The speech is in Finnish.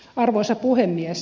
arvoisa puhemies